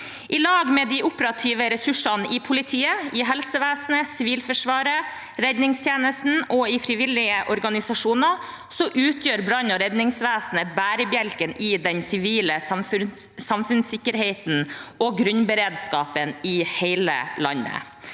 I lag med de operative ressursene i politiet, helsevesenet, Sivilforsvaret, redningstjenesten og frivillige organisasjoner utgjør brann- og redningsvesenet bærebjelken i den sivile samfunnssikkerheten og grunnberedskapen i hele landet.